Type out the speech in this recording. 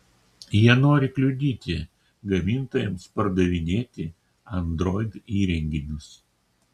jie nori kliudyti gamintojams pardavinėti android įrenginius